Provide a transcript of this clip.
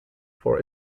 for